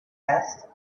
asked